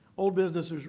old business.